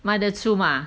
卖得出 mah